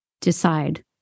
decide